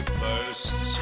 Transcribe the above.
first